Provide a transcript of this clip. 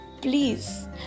Please